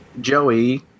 Joey